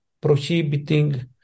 prohibiting